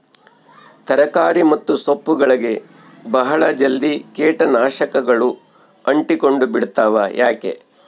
ತರಕಾರಿ ಮತ್ತು ಸೊಪ್ಪುಗಳಗೆ ಬಹಳ ಜಲ್ದಿ ಕೇಟ ನಾಶಕಗಳು ಅಂಟಿಕೊಂಡ ಬಿಡ್ತವಾ ಯಾಕೆ?